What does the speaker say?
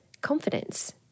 confidence